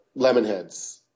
lemonheads